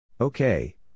Okay